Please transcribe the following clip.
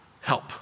help